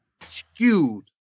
skewed